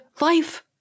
life